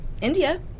India